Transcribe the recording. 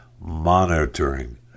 monitoring